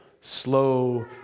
slow